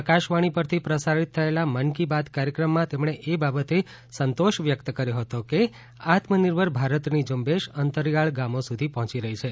આજે આકાશવાણી પરથી પ્રસારિત થયેલા મન કી બાત કાર્યક્રમમાં તેમણે એ બાબતે સંતોષ વ્યક્ત કર્યો હતો કે આત્મનિર્ભર ભારતની ઝુંબેશ અંતરીયાળ ગામો સુધી પહોંચી રહી છે